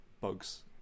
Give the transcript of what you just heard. bugs